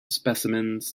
specimens